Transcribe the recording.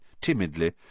timidly